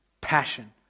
passion